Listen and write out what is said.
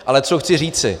Ale co chci říci.